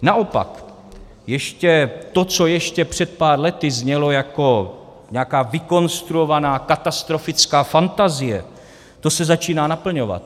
Naopak to, co ještě před pár lety znělo jako nějaká vykonstruovaná katastrofická fantazie, to se začíná naplňovat.